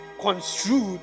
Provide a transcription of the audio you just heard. construed